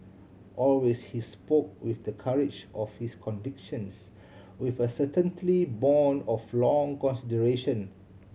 always he spoke with the courage of his convictions with a certaintly born of long consideration